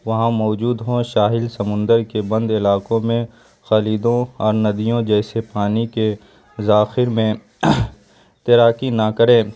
وہاں موجود ہوں ساحل سمندر کے بند علاقوں میں خلجوں اور ندیوں جیسے پانی کے ذخائر میں تیراکی نہ کرے